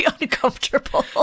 uncomfortable